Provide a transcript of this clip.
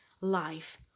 life